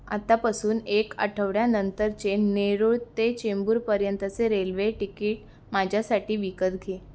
आतापासून एक आठवड्यानंतरचे नेरूळ ते चेंबूरपर्यंतचे रेल्वे टिकीट माझ्यासाठी विकत घे